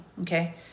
Okay